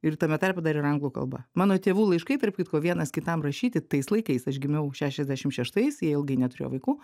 ir tame tarpe dar ir anglų kalba mano tėvų laiškai tarp kitko vienas kitam rašyti tais laikais aš gimiau šešiasdešimt šeštais jie ilgai neturėjo vaikų